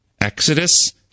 Exodus